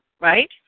right